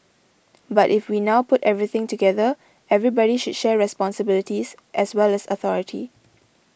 but if we now put everything together everybody should share responsibilities as well as authority